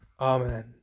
Amen